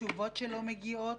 תשובות שלא מגיעות,